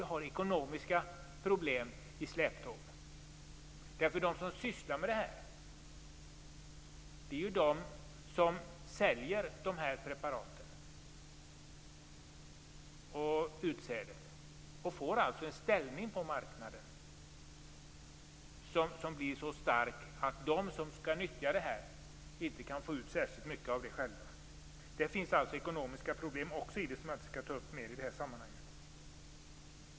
Det kommer ekonomiska problem i släptåg. De som sysslar med detta är de som säljer preparaten och utsädet. De får alltså en ställning på marknaden som blir så stark att de som skall nyttja produkterna inte kan få ut särskilt mycket av det själva. Det finns alltså ekonomiska problem också, som jag inte skall ta upp mer i det här sammanhanget.